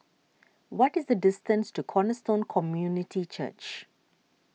what is the distance to Cornerstone Community Church